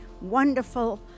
wonderful